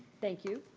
thank you.